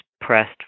pressed